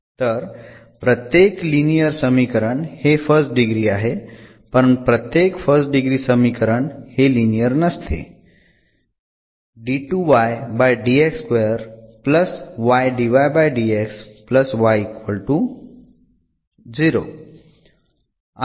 तर प्रत्येक लिनियर समीकरण हे फर्स्ट डिग्री आहे पण प्रत्येक फर्स्ट डिग्री समीकरण हे लिनियर नसते